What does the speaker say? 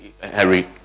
Harry